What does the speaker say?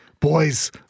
Boys